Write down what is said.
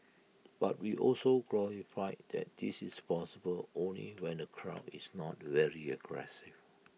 but we also qualify that this is possible only when the crowd is not very aggressive